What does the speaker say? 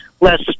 less